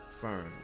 firm